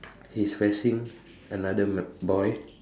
he's fetching another l~ boy